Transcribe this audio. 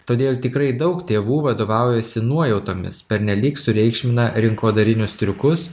todėl tikrai daug tėvų vadovaujasi nuojautomis pernelyg sureikšmina rinkodarinius triukus